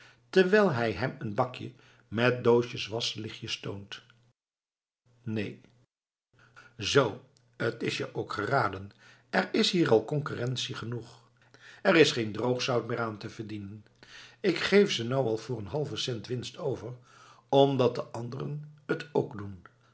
terwijl hij hem een bakje met doosjes waslichtjes toont neen zoo t is je ook geraden er is hier al konkerrensie genoeg er is geen droog zout meer aan te verdienen k geef ze nou al voor een halven cent winst over omdat de anderen het ook doen